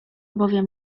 bowiem